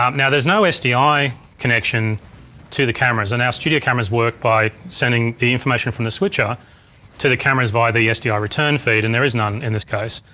um now there's no sdi connection to the cameras and our studio cameras work by sending the information from the switcher to the cameras via the the sdi return feed, and there is none in this case.